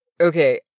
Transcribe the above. okay